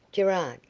gerard,